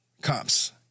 cops